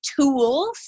tools